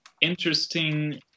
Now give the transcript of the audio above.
interesting